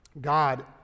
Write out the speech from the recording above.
God